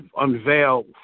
unveil